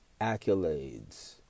accolades